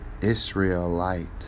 Israelite